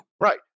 Right